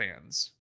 fans